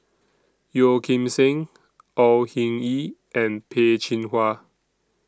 Yeo Kim Seng Au Hing Yee and Peh Chin Hua